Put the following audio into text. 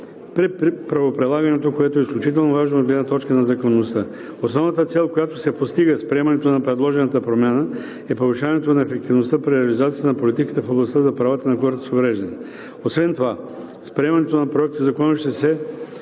при правоприлагането, което е изключително важно от гледна точка на законността. Основната цел, която се постига с приемането на предложената промяна, е повишаването на ефективността при реализацията на политиката в областта за правата на хората с увреждания. Освен това с приемането на Законопроекта ще се